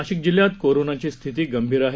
नाशिक जिल्ह्यात कोरोनाची स्थिती गंभीर आहे